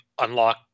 unlock